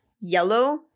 yellow